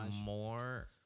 more